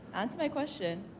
on to my question,